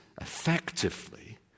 effectively